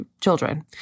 children